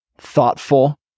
thoughtful